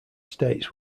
states